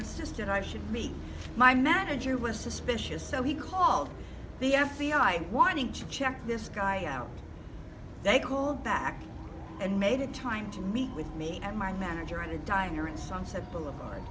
insisted i should meet my manager was suspicious so he called the f b i wanting to check this guy out they called back and made it time to meet with me and my manager at a diner at sunset boulevard